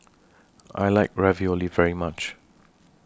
I like Ravioli very much